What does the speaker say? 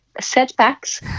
setbacks